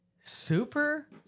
Super